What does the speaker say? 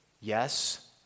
yes